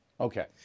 okay